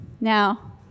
Now